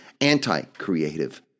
anti-creative